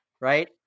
right